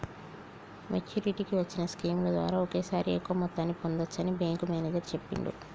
మెచ్చురిటీకి వచ్చిన స్కీముల ద్వారా ఒకేసారి ఎక్కువ మొత్తాన్ని పొందచ్చని బ్యేంకు మేనేజరు చెప్పిండు